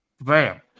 Bam